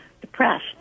depressed